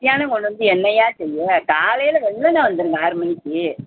மதியானம் கொண்டு வந்து என்னய்யா செய்ய காலையில் வெள்ளன வந்துடுங்க ஆறு மணிக்கு